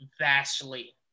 vastly